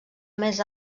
més